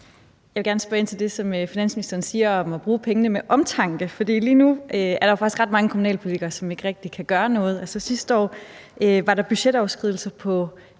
Jeg vil gerne spørge ind til det, som finansministeren siger om at bruge pengene med omtanke. Lige nu er der faktisk ret mange kommunalpolitikere, som ikke rigtig kan gøre noget. Sidste år var der budgetoverskridelser på